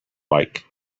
bike